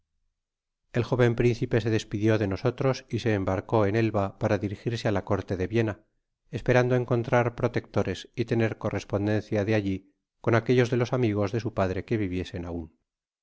el jóven principe se despidio de nosotros y se embarcó en elva para dirigirse á la corte de viena esperando encontrar protectores y tener correspondencia de alli con aquellos de los amigos de su padre que viviesen aun